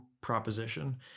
proposition